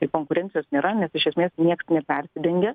tai konkurencijos nėra nes iš esmės nieks nepersidengia